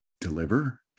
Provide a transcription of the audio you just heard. deliver